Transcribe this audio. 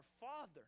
father